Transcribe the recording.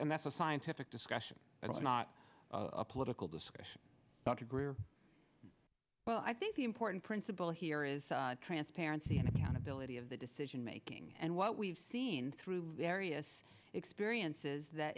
and that's a scientific discussion but not a political discussion dr greer well i think the important principle here is transparency and accountability of the decision making and what we've seen through various experiences that